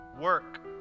work